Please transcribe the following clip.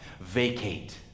Vacate